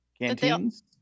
Canteens